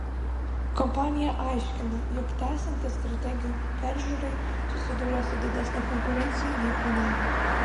kompanija aiškina jog tęsiantis strategijų peržiūrai susidūrė su didesne konkurencija nei planavo